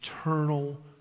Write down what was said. eternal